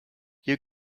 you